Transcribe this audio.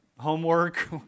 homework